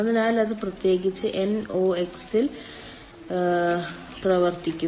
അതിനാൽ അത് പ്രത്യേകിച്ച് NOx ൽ പ്രവർത്തിക്കും